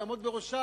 הוא יעמוד בראשה,